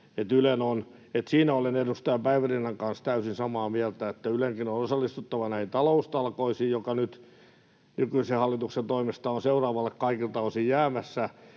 siinä olen edustaja Päivärinnan kanssa täysin samaa mieltä — että Ylenkin on osallistuttava näihin taloustalkoisiin, jotka nyt nykyisen hallituksen toimesta ovat seuraavalle kaikilta osin jäämässä.